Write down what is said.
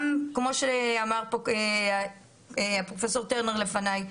גם כמו שאמר פה פרופ' טרנר לפניי,